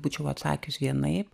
būčiau atsakius vienaip